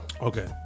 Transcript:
Okay